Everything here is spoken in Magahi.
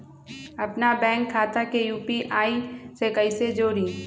अपना बैंक खाता के यू.पी.आई से कईसे जोड़ी?